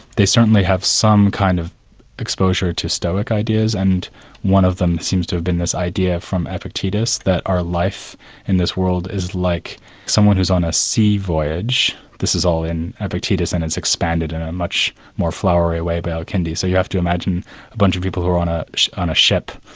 they certainly have some kind of exposure to stoic ideas and one of them seems to have been this idea from epictetus that our life in this world is like someone who's on a sea voyage, this is all in epictetus and it's expanded in a much more flowery way via kindi. so you have to imagine a bunch of people who are on ah on a ship,